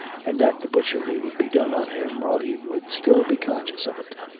and that the butchery would be done on him while he would still be conscious of it.